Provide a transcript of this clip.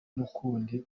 n’ukundi